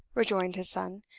rejoined his son.